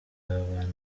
abantu